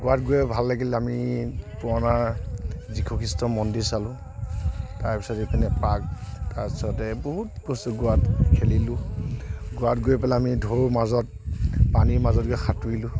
গোৱাত গৈ ভাল লাগিল আমি পুৰণা যিশুখ্ৰীষ্টৰ মন্দিৰ চালোঁ তাৰপিছত ইপিনে পাৰ্ক তাৰপিছতে বহুত বস্তু গোৱাত খেলিলোঁ গোৱাত গৈ পেলাই আমি ঢৌৰ মাজত পানীৰ মাজত গৈ সাতুৰিলোঁ